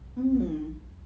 mmhmm